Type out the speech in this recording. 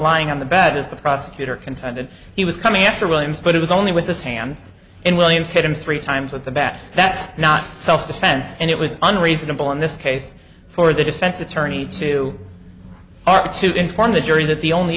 lying on the bed as the prosecutor contended he was coming after williams but it was only with his hands in williams hit him three times with the bat that's not self defense and it was unreasonable in this case for the defense attorney to our to inform the jury that the only